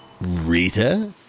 Rita